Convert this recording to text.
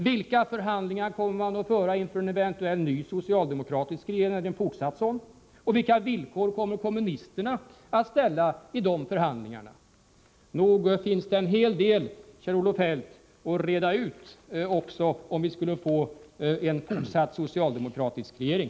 Vilka förhandlingar kommer man att föra inför en eventuellt ny eller fortsatt socialdemokratisk regering? Vilka villkor kommer kommunisterna att ställa vid de förhandlingarna? Nog finns det en hel del, Kjell-Olof Feldt, att reda ut också om vi skulle få en fortsatt socialdemokratisk regering.